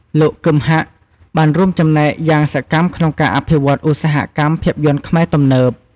លោក គឹម ហាក់ បានរួមចំណែកយ៉ាងសកម្មក្នុងការអភិវឌ្ឍន៍ឧស្សាហកម្មភាពយន្តខ្មែរទំនើប។